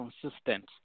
consistent